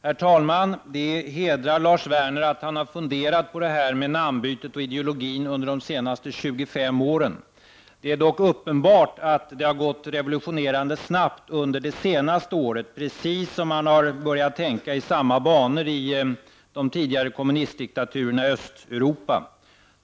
Herr talman! Det hedrar Lars Werner att han funderat på det här med namnbytet och ideologin under de senaste 25 åren. Det är dock uppenbart att det har gått revolutionerande snabbt under det senaste året — precis då man har börjat tänka i samma banor i de tidigare kommunistdiktaturerna i Östeuropa.